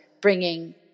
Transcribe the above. bringing